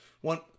one